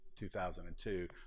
2002